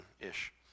ish